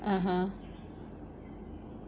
(uh huh)